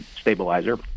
Stabilizer